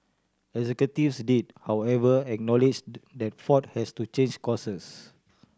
executives did however acknowledge that Ford has to change courses